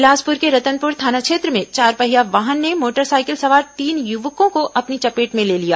बिलासपुर के रतनपुर थाना क्षेत्र में चारपहिया वाहन ने मोटरसाइकिल सवार तीन युवकों को अपनी चपेट में ले लिया